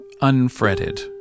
unfretted